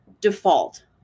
default